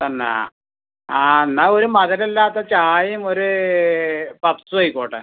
തന്നെ ആ എന്നാൽ ഒരു മധുരമില്ലാത്ത ചായയും ഒരു പഫ്സും ആയിക്കോട്ടെ